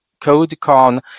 CodeCon